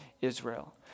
Israel